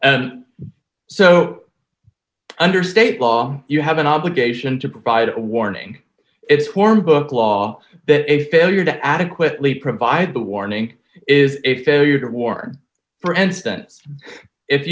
my so under state law you have an obligation to provide a warning it's hornbook law that a failure to adequately provide the warning is a failure to war for instance if